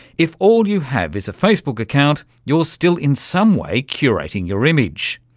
if all you have is a facebook account you're still in some way curating your image.